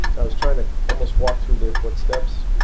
i was trying to almost walk through their footsteps.